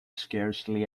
scarcely